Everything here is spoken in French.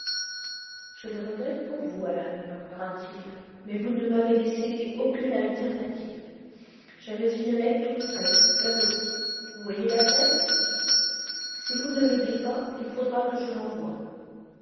je le regrette pour vous alan murmura-t-il mais vous ne m'avez laissé aucune alternative j'avais une lettre toute prête la voici vous voyez l'adresse si vous ne m'aidez pas il faudra que je l'envoie